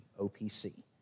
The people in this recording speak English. OPC